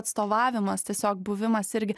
atstovavimas tiesiog buvimas irgi